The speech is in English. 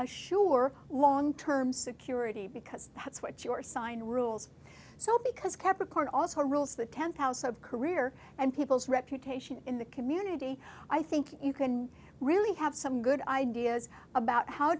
assure long term security because that's what your sign rules so because capricorn also rules the ten thousand career and people's reputation in the community i think you can really have some good ideas about how